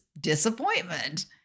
disappointment